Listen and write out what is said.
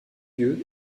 lieu